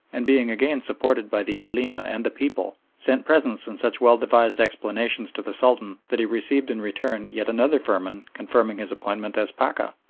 and being again supported by the ulema and the people, sent presents and such well-devised explanations to the sultan that he received in return yet another firman confirming his appointment as pacha.